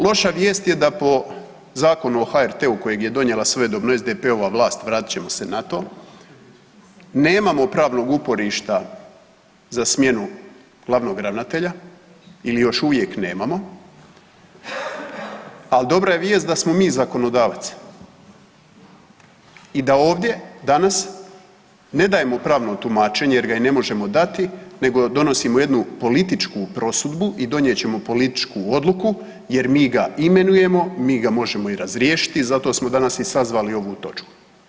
Loša vijest je da po Zakonu o HRT-u kojeg je donijela svojedobno SDP-ova vlast, vratit ćemo se na to, nemamo pravnog uporišta za smjenu glavnog ravnatelja ili još uvijek nemamo a dobra je vijest da smo mi zakonodavac i da ovdje danas ne dajemo pravno tumačenje jer ga i ne možemo dati nego donosimo jednu političku prosudbu i donijet ćemo političku odluku jer mi ga imenujemo, mi ga možemo i razriješiti i zato smo danas i sazvali ovu točku.